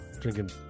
drinking